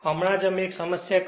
હમણાં જ અમે 1 સમસ્યા કરી